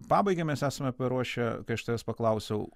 pabaigai mes esame paruošę kai aš tavęs paklausiau